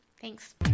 Thanks